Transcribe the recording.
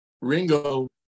Ringo